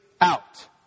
out